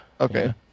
Okay